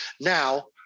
Now